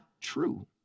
true